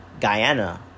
Guyana